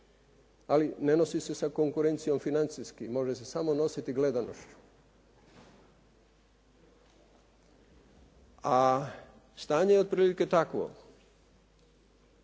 ali ne nosi se sa konkurencijom financijski, može se samo nositi gledanošću. A stanje je otprilike takvo.